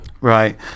right